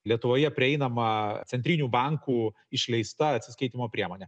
lietuvoje prieinama centrinių bankų išleista atsiskaitymo priemonė